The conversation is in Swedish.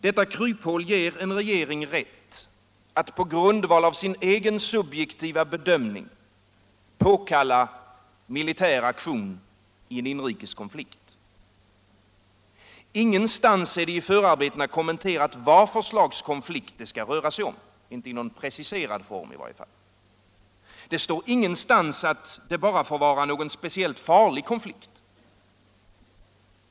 Detta kryphål ger en regering rätt att på grundval av sin egen subjektiva bedömning påkalla militär aktion i en inrikes konflikt. Ingenstans är det i förarbetena kommenterat vad för slags konflikt det skall röra sig om, inte i någon preciserad form i varje fall. Ingenstans står att det måste vara någon speciellt farlig konflikt.